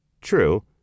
True